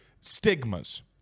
stigmas